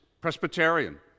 Presbyterian